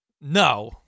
No